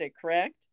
correct